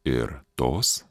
ir tos